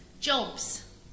jobs